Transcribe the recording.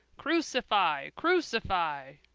crucify! crucify!